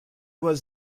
was